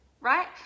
right